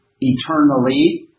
eternally